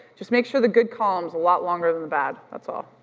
just make sure the good column's a lot longer than the bad, that's all.